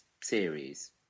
series